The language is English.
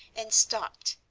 and stopped.